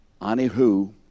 anihu